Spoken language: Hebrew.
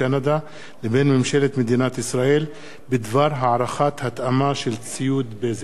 קנדה לבין ממשלת מדינת ישראל בדבר הערכת התאמה של ציוד בזק.